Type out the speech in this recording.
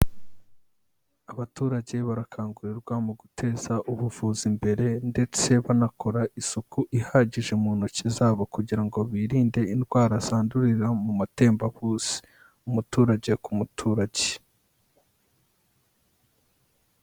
Abaturage barakangurirwa mu guteza ubuvuzi imbere ndetse banakora isuku ihagije mu ntoki z'abo kugira ngo birinde indwara zandurira mu matembabuzi umuturage ku muturage.